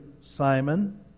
Simon